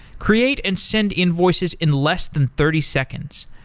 create and send invoices in less than thirty seconds.